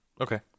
Okay